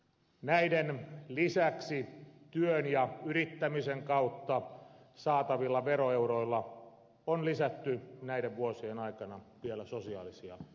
näiden lisäksi työn ja yrittämisen kautta saatavilla veroeuroilla on lisätty näiden vuosien aikana vielä sosiaalisia etuuksia